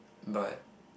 but